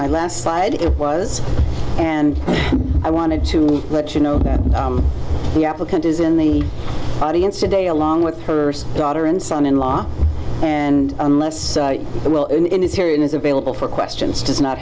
my last slide it was and i wanted to let you know that the applicant is in the audience today along with her daughter and son in law and unless the well in is here and is available for questions does not